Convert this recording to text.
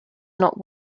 not